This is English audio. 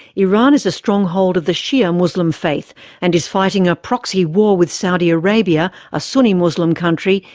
iran is a stronghold of the shi'a muslim faith and is fighting a proxy war with saudi arabia, a sunni muslim country,